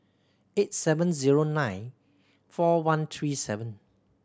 eight seven zero nine four one three seven